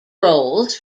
roles